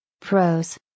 Pros